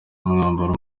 umwambaro